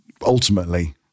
ultimately